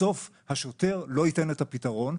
בסוף השוטר לא ייתן את הפתרון,